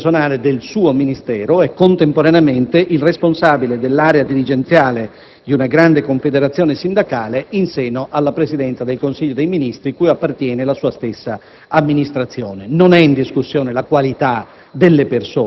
Il Capo del personale del suo Ministero è contemporaneamente il responsabile dell'area dirigenziale di una grande confederazione sindacale in seno alla Presidenza del Consiglio dei ministri, cui appartiene la sua stessa amministrazione. Non è in discussione la qualità